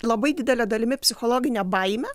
labai didele dalimi psichologinę baimę